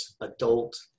adult